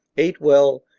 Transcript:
ate well,